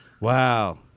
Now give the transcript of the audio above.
Wow